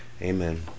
Amen